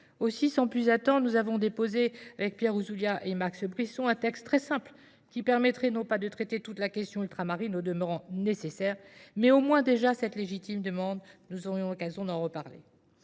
Aussi, sans plus attendre, nous avons déposé avec Pierre Ousoulia et Max Brisson un texte très simple qui permettrait non pas de traiter toute la question ultramarine au demeurant nécessaire, mais au moins déjà cette légitime demande, nous aurions occasion d'en reparler.